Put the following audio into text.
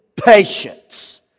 patience